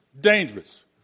dangerous